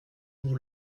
vous